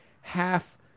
half